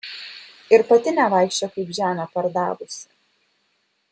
ir pati nevaikščiok kaip žemę pardavusi